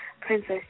Princess